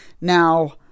Now